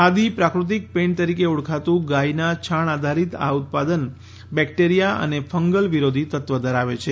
ખાદી પ્રાકૃતિક પેઈન્ટ તરીકે ઓળખાતું ગાયના છાણ આધારિત આ ઉત્પાદન બેક્ટેરીયા અને ફંગલ વિરોધી તત્વ ધરાવે છે